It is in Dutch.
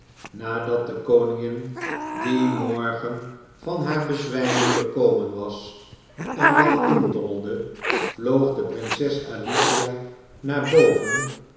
nadat de koningin dien morgen van haar bezwijming bekomen was en watindommelde vloog de prinses alicia naar boven